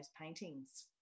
paintings